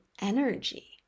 energy